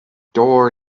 door